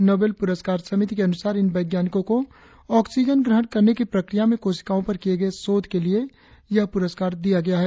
Nobel पुरस्कार समिति के अनुसार इन वैज्ञानिकों को ऑक्सिजन ग्रहण करने की प्रक्रिया में कोशिकाओं पर किए गए शोध के लिए यह पुरस्कार दिया गया है